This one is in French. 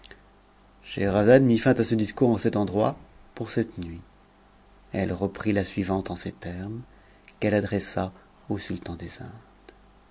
mit fin à ce discours en cet endroit pour cette nuit elle reprit la suivante en ces termes qu'elle adressa au sultan des indes